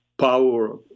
power